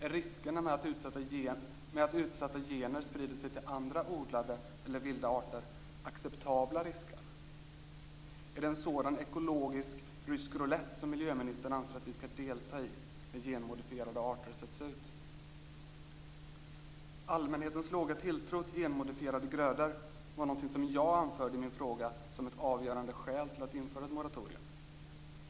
Är riskerna med att utsatta gener sprider sig andra odlade eller vilda arter acceptabla? Är det en sådan ekologisk rysk roulett som miljöministern anser att vi skall delta i när genmodifierade arter sätts ut? Allmänhetens låga tilltro till genmodifierade grödor är någonting som jag anförde i min fråga som ett avgörande skäl till att införa ett moratorium.